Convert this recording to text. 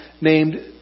named